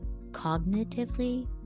cognitively